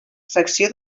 secció